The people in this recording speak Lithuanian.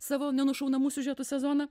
savo nenušaunamų siužetų sezoną